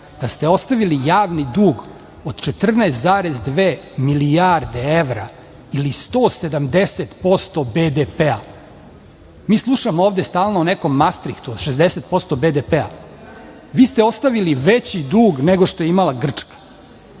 da ste ostavili javni dug od 14,2 milijarde evra ili 170% BDP-a. Mi slušamo ovde stalno o nekom Mastrihtu od 60% BDP-a. Vi ste ostavili veći dug nego što je imala Grčka.